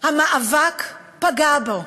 המאבק פגע בו.